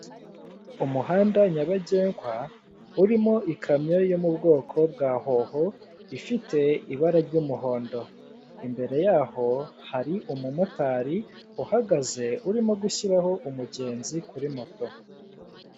Umuhanda nyabagendwawa urimo ikamyo yo mu bwoko bwa hoho ifite ibara ry'umuhondo, imbere yaho hari umumotari uhagaze urimo gushyiraho umugenzi kuri moto.